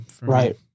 right